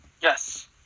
Yes